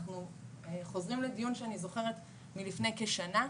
אנחנו חוזרים לדיון שאני זוכרת מלפני כשנה,